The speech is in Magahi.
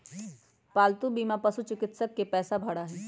पालतू बीमा पशुचिकित्सा के पैसा भरा हई